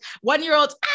one-year-olds